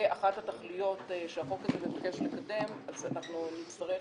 כאחת התכליות שהחוק הזה מבקש לקדם אז אנחנו נצטרך